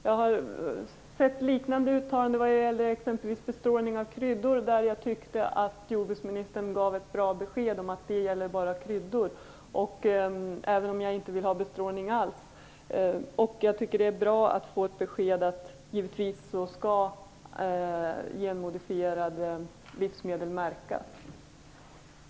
Jag har sett liknande uttalanden när det gäller bestrålning av kryddor, där jag tyckte att jordbruksministern gav ett bra besked om att det bara gällde kryddor, även om jag inte vill ha bestrålning alls. Jag tycker att det är bra att få ett besked om att genmodifierade livsmedel givetvis skall märkas.